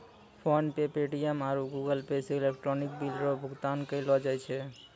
PhonePe Paytm आरु Google Pay से electronic bill रो भुगतान करलो जाय छै